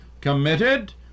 committed